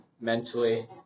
mentally